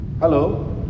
hello